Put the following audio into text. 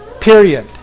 period